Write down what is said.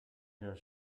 here